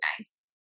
nice